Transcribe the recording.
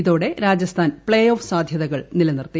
ഇതോടെ Rajasthan play off സാദ്ധ്യതകൾ നിലനിർത്തി